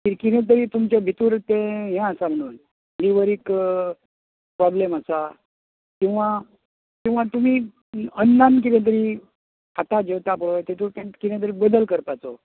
कितें तरी तुमच्या भितूर तें हे आसा म्हणून लिवरीक प्रोब्लम आसा किंवां किंवां तुमी अन्नांत कितें तरी खाता जेवता पय तितूंत कितें तरी बदल करपाचो